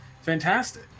fantastic